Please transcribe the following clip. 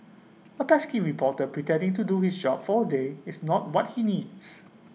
A pesky reporter pretending to do his job for A day is not what he needs